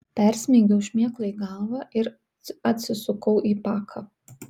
persmeigiau šmėklai galvą ir atsisukau į paką